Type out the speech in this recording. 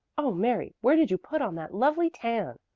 oh, mary, where did you put on that lovely tan?